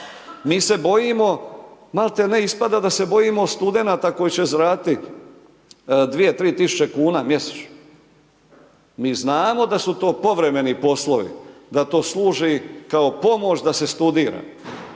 Mi se bojimo, malte ne ispada da se bojimo studenata koji će zaraditi 2.000 -3.000 kuna mjesečno. Mi znamo da su to povremeni poslovi da to služi kao pomoć da se studira,